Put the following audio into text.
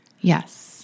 Yes